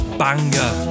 banger